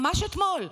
ממש אתמול,